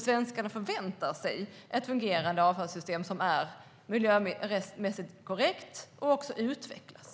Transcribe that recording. Svenskarna förväntar sig ett fungerande avfallssystem som är miljömässigt korrekt och som också utvecklas.